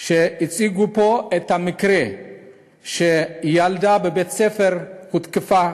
שהציגו פה את המקרה שילדה בבית-ספר הותקפה